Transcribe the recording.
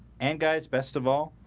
and guys best of all